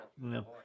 no